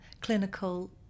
clinical